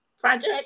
Project